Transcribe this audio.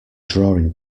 drawing